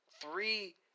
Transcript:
three –